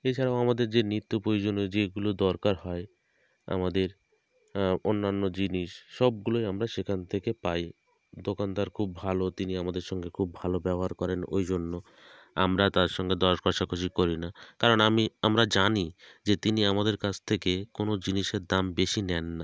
এছাড়াও আমাদের যে নিত্য প্রয়োজনীয় যেগুলো দরকার হয় আমাদের অন্যান্য জিনিস সবগুলোই আমরা সেখান থেকে পাই দোকানদার খুব ভালো তিনি আমাদের সঙ্গে খুব ভালো ব্যবহার করেন ওই জন্য আমরা তার সঙ্গে দর কষাকষি করি না কারণ আমি আমরা জানি যে তিনি আমাদের কাছ থেকে কোনো জিনিসের দাম বেশি নেন না